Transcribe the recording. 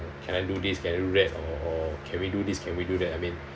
can I do this can I do that or or can we do this can we do that I mean